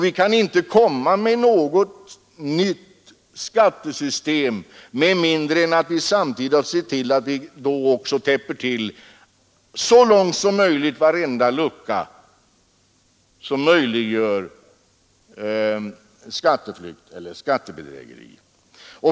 Vi kan inte komma med något nytt skattesystem med mindre än att vi samtidigt ser till att vi så långt det går täpper till varenda lucka som möjliggör skatteflykt eller skattebedrägeri.